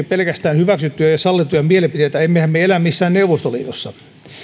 pelkästään hyväksyttyjä ja sallittuja mielipiteitä emmehän me elä missään neuvostoliitossa